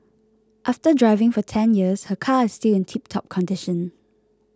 after driving for ten years her car is still in tiptop condition